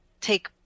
take